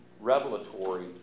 revelatory